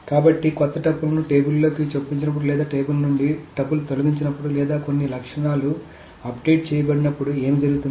కాబట్టి కొత్త టపుల్ని టేబుల్లోకి చొప్పించినప్పుడు లేదా టేబుల్ నుండి టపుల్ తొలగించినప్పుడు లేదా కొన్ని లక్షణాలు అప్డేట్ చేయబడినప్పుడు ఏమి జరుగుతుంది